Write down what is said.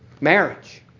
marriage